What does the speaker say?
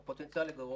או פוטנציאל לגרום,